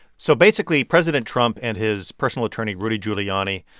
so basically, president trump and his personal attorney, rudy giuliani,